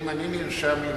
אם אני נרשם לנישואים,